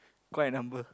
quite a number